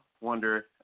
wonder